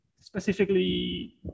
specifically